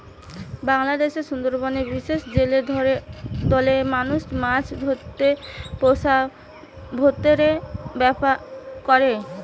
বাংলাদেশের সুন্দরবনের বিশেষ জেলে দলের মানুষ মাছ ধরতে পুষা ভোঁদড়ের ব্যাভার করে